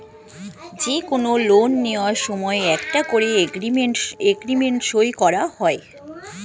যে কোনো লোন নেয়ার সময় একটা করে এগ্রিমেন্ট সই করা হয়